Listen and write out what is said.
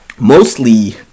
mostly